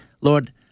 Lord